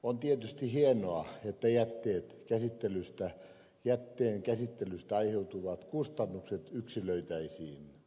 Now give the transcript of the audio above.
on tietysti hienoa että jätteen käsittelystä aiheutuvat kustannukset yksilöitäisiin